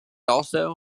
also